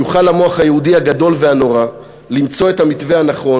יוכל המוח היהודי הגדול והנורא למצוא את המתווה הנכון